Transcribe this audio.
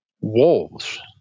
wolves